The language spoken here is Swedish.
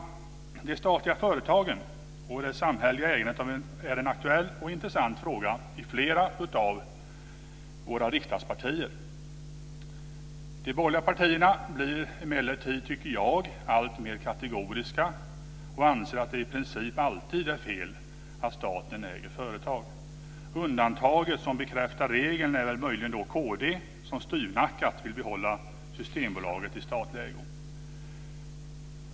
De statliga förtagen och det samhälleliga ägandet är en aktuell och intressant fråga i flera av våra riksdagspartier. De borgerliga partierna blir emellertid, tycker jag, alltmer kategoriska och anser att det i princip alltid är fel att staten äger företag. Undantaget som bekräftar regeln är möjligen kd, som styvnackat vill behålla Systembolaget i statlig ägo.